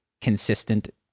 consistent